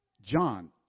John